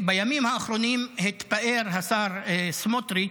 בימים האחרונים התפאר השר סמוטריץ'